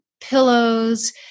pillows